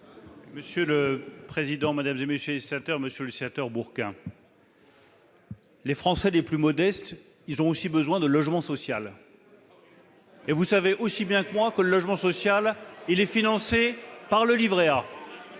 Monsieur le président, mesdames, messieurs les sénateurs, monsieur le sénateur Bourquin, les Français les plus modestes ont eux aussi besoin de logements sociaux. Et vous savez aussi bien que moi que le logement social est financé par le livret A.